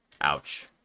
ouch